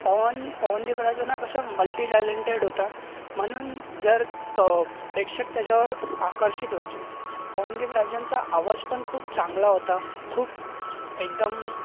पवन पवनदीप राजन हा कसा मल्टिटॅलेन्टेड होता म्हणून जर प प्रेक्षक त्याच्यावर आकर्षित व्हायचे पवनदीप राजनचा आवाज पण खूप चांगला होता खूप एकदम